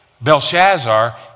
Belshazzar